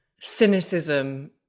cynicism